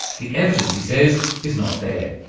the evidence, he says, is not there.